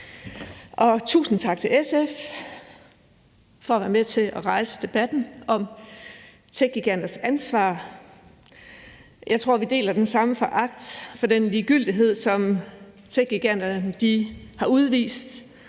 Tusind tak til SF for at være med til at rejse debatten om techgiganters ansvar. Jeg tror, vi deler den samme foragt for den ligegyldighed, som techgiganterne har udvist,